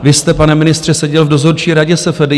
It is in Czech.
Vy jste, pane ministře, seděl v dozorčí radě SFDI.